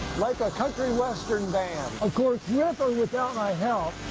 like a country western band. ah yeah with or without my help,